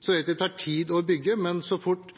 Så vet vi at det tar tid å bygge, men så fort